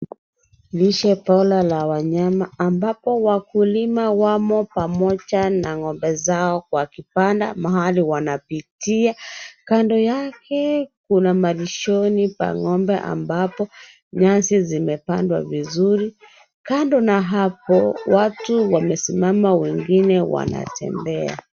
Lishe bora la wanyama ambapo wakulima wamo pamoja na ng'ombe zao kwa kibanda mahali wanapitia. Kando yake kuna malishoni pa ng'ombe ambapo nyasi zimepandwa vizuri. Kando na hapo, watu wamesimama wengine wanatembea.